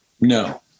No